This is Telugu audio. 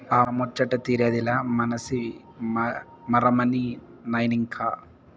ఆ ముచ్చటా తీరతాదిలే మనసి మరమనినైనంక